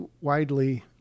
widely